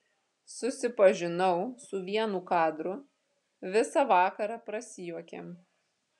susipažinau su vienu kadru visą vakarą prasijuokėm